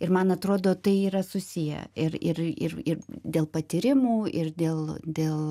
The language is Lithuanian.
ir man atrodo tai yra susiję ir ir ir ir dėl patyrimų ir dėl dėl